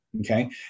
Okay